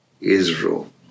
Israel